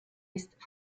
ist